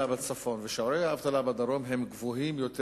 בצפון ושיעורי האבטלה בדרום הם גבוהים יותר,